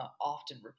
often